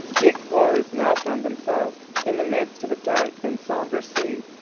the explorers now found themselves in the midst of a dark and sombre sea,